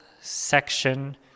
section